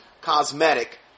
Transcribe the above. cosmetic